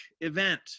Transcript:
event